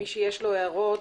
מי שיש לו הערות,